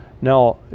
Now